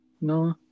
No